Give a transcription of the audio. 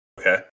Okay